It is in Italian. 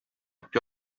più